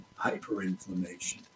hyperinflammation